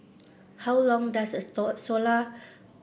how long does a solar